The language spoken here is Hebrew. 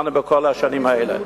התגברנו בכל השנים האלה.